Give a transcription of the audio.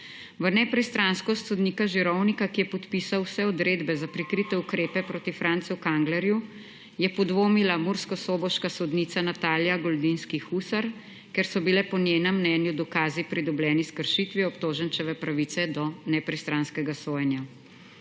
V nepristranskost sodnika Žirovnika, ki je podpisal vse odredbe za prikrite ukrepe proti Francu Kanglerju, je podvomila murskosoboška sodnica Natalija Goldinskij Husar, ker so bile po njenem mnenju dokazi pridobljeni s kršitvijo obtoženčeve pravice do nepristranskega sojenja.